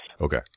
okay